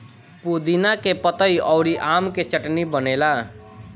पुदीना के पतइ अउरी आम के चटनी बनेला